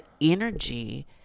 energy